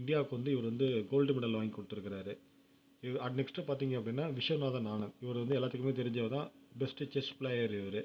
இண்டியாவுக்கு வந்து இவரு வந்து கோல்டு மெடல் வாங்கிக் கொடுத்துருக்கறாரு இவ் நெக்ஸ்ட்டு பார்த்தீங்க அப்படின்னா விஸ்வநாதன் ஆனந்த் இவரு வந்து எல்லாத்துக்குமே தெரிஞ்சவர் தான் பெஸ்ட்டு செஸ் ப்ளேயர் இவரு